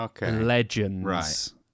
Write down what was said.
legends